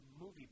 movie